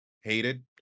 hated